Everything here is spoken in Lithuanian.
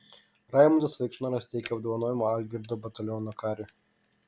raimundas vaikšnoras teikia apdovanojimą algirdo bataliono kariui